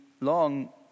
long